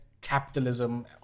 capitalism